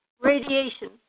radiation